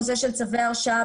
הנושא של צווי הרשאה,